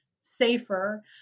safer